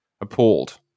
appalled